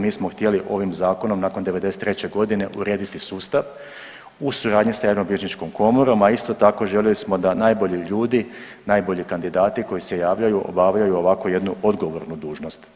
Mi smo htjeli ovim zakonom nakon '93. godine urediti sustav u suradnji sa javnobilježničkom komorom, a isto tako željeli smo da najbolji ljudi, najbolji kandidati koji se javljaju obavljaju ovako jednu odgovornu dužnost.